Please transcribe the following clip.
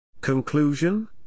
Conclusion